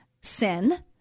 sin